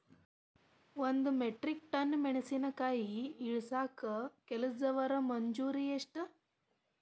ಒಂದ್ metric ton ಮೆಣಸಿನಕಾಯಿ ಇಳಸಾಕ್ ಕೆಲಸ್ದವರ ಮಜೂರಿ ಎಷ್ಟ?